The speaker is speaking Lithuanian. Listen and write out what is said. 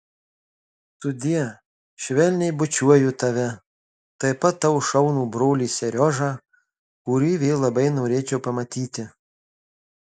sudie švelniai bučiuoju tave taip pat tavo šaunų brolį seriožą kurį vėl labai norėčiau pamatyti